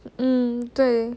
mm 对